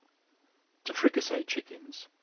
to fricassee chickens.